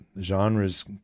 genres